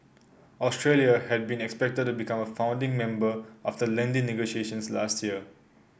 Australia had been expected to become a founding member after lengthy negotiations last year